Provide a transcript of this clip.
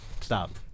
Stop